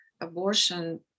abortion